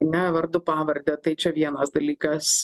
ne vardu pavarde tai čia vienas dalykas